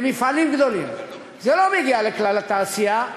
למפעלים גדולים, זה לא מגיע לכלל התעשייה.